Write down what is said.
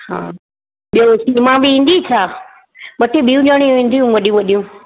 हा ॿियो सीमा बि ईंदी छा ॿ टे ॿियूं ॼणियूं ईंदियूं वॾियूं वॾियूं